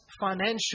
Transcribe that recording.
financial